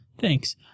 Thanks